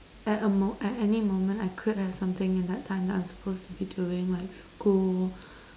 at a mo~ at any moment I could have something in that time that I'm supposed to be doing like school